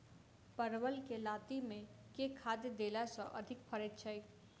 परवल केँ लाती मे केँ खाद्य देला सँ अधिक फरैत छै?